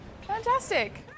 Fantastic